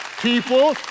people